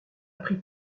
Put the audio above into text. pris